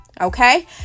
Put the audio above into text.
okay